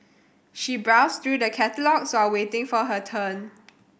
she browsed through the catalogues while waiting for her turn